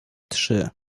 trzy